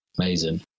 amazing